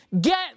get